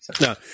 no